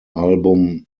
album